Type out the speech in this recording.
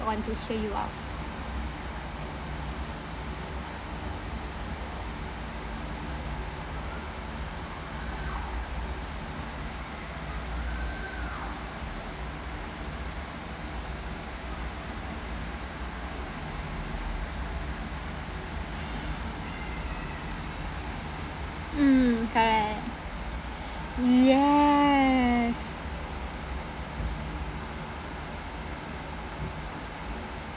on to cheer you up mm correct yes